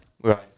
right